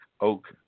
oak